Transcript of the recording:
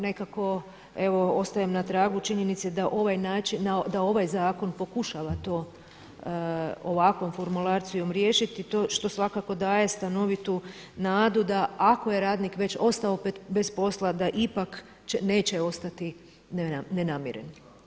Nekako evo ostajem na tragu činjenici da ovaj zakon pokušava to ovakvom formulacijom riješiti što svakako daje stanovitu nadu da ako je radnik već ostao bez posla da ipak neće ostati nenamiren.